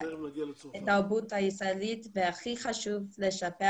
להכיר את התרבות הישראלית והכי חשוב זה לשפר